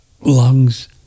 lungs